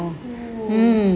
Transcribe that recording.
oh